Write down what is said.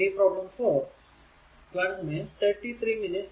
ഇനി പ്രോബ്ലം 4